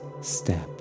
step